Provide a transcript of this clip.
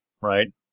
right